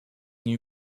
new